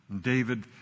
David